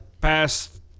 past